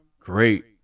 great